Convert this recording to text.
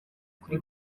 kuri